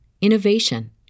innovation